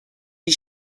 die